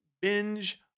binge